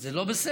וזה לא בסדר.